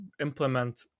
implement